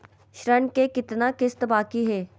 ऋण के कितना किस्त बाकी है?